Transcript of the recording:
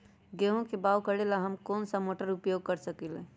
गेंहू के बाओ करेला हम कौन सा मोटर उपयोग कर सकींले?